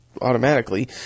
automatically